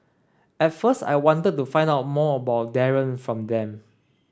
at first I wanted to find out more about Darren from them